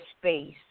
space